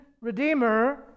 Redeemer